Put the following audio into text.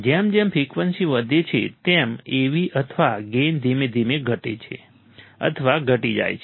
જેમ જેમ ફ્રિકવન્સી વધે છે તેમ Av અથવા ગેઇન ધીમે ધીમે ઘટે છે અથવા ઘટી જાય છે